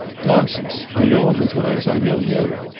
nonsense. i know him as well as i know you.